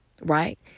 right